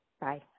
Bye